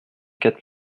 quatre